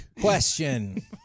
Question